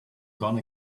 gonna